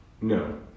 No